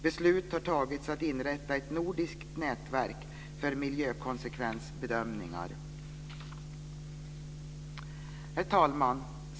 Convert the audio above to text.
Beslut har fattats om att inrätta ett nordiskt nätverk för miljökonsekvensbedömningar. Herr talman!